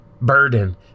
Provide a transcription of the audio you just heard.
burden